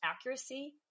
accuracy